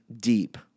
deep